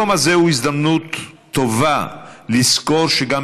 היום הזה הוא הזדמנות טובה לזכור שגם